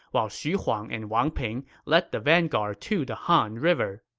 while xu huang and wang ping led the vanguard to the han river.